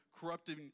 corrupting